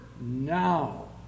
now